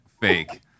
fake